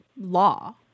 law